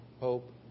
Hope